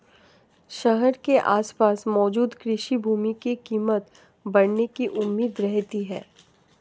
शहर के आसपास मौजूद कृषि भूमि की कीमत बढ़ने की उम्मीद रहती है